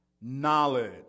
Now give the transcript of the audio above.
knowledge